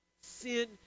Sin